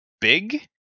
big